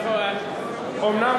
בנושא